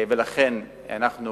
ולכן אנחנו